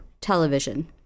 television